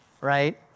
right